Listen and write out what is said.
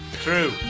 True